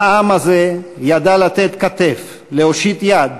העם הזה ידע לתת כתף, להושיט יד,